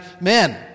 men